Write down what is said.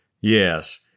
Yes